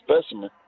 specimen